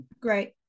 Great